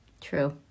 True